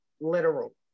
literal